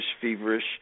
feverish